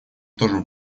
тоже